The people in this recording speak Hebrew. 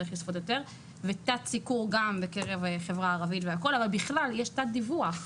יש תת-סיקור בקרב האוכלוסייה הערבית בכלל אבל יש תת-דיווח.